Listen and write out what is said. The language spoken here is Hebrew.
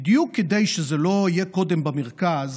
בדיוק כדי שזה לא יהיה קודם במרכז,